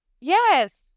Yes